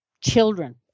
children